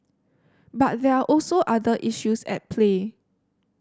but there are also other issues at play